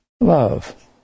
love